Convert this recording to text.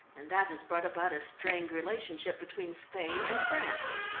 and that has brought about a strained relationship between spain and france.